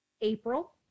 April